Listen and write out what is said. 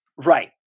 Right